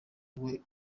iwe